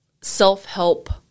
self-help